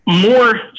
more